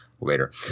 later